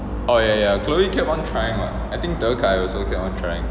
oh ya ya chloe kept on trying lah I think dekai also kept on trying